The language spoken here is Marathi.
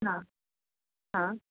हां हां